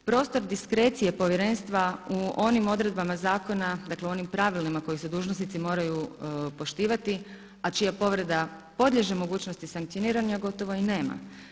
Prostor diskrecije povjerenstva u onim odredbama zakona, dakle u onim pravilima kojih se dužnosnici moraju poštivati a čija povreda podliježe mogućnosti sankcioniranja gotovo i nema.